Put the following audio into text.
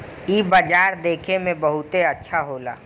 इ बाजार देखे में बहुते अच्छा होला